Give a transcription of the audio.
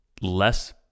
less